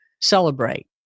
celebrate